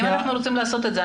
אם אנחנו רוצים לעשות את זה,